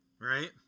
right